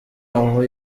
aho